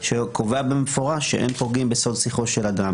שקובע במפורש שאין פוגעים בסוד שיחו של אדם,